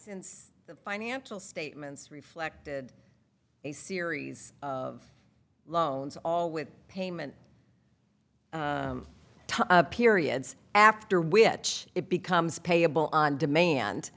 since the financial statements reflected a series of loans all with payment periods after which it becomes payable on